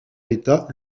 l’état